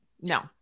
No